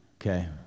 Okay